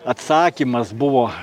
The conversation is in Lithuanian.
atsakymas buvo